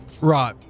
Right